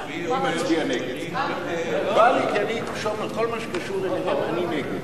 ההצעה להעביר את הנושא לוועדת הכלכלה נתקבלה.